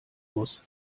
muss